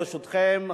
ברשותכם,